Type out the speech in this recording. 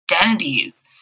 identities